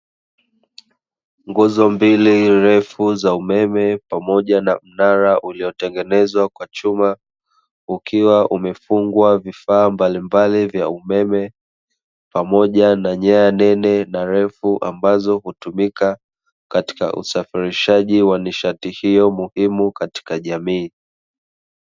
Nguzo mbili refu za umeme pamoja na mnara uliotengenezwa kwa chuma, ukiwa umefungwa vifaa mbalimbali vya umeme pamoja na nyaya nene na refu, ambazo hutumika katika usafirishaji wa nishati hiyo muhimu katika jamii.